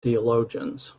theologians